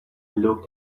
looked